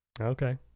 Okay